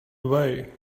away